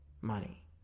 money